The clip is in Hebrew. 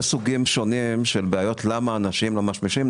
יש סוגים שונים של בעיות שבגללן אנשים לא משמישים.